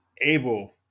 able